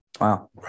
Wow